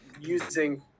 Using